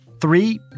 Three